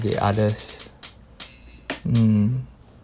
the others mm